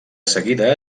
seguida